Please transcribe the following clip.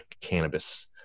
cannabis